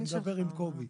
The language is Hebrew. אני מדבר עם קובי.